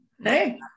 Hey